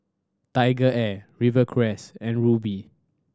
TigerAir Rivercrest and Rubi